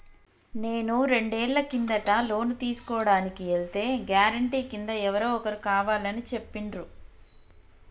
నేను రెండేళ్ల కిందట లోను తీసుకోడానికి ఎల్తే గారెంటీ కింద ఎవరో ఒకరు కావాలని చెప్పిండ్రు